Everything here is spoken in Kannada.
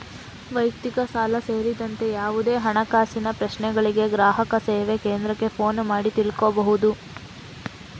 ವೈಯಕ್ತಿಕ ಸಾಲ ಸೇರಿದಂತೆ ಯಾವುದೇ ಹಣಕಾಸಿನ ಪ್ರಶ್ನೆಗಳಿಗೆ ಗ್ರಾಹಕ ಸೇವಾ ಕೇಂದ್ರಕ್ಕೆ ಫೋನು ಮಾಡಿ ತಿಳ್ಕೋಬಹುದು